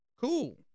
cool